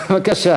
הבעיה רק,